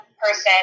person